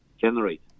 generate